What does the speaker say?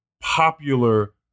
popular